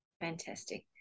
Fantastic